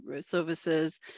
services